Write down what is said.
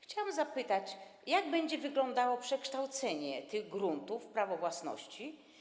Chciałabym zapytać: Jak będzie wyglądało przekształcenie tych gruntów w prawo własności?